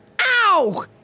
Ow